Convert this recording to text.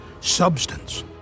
substance